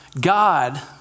God